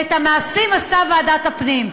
ואת המעשים עשתה ועדת הפנים.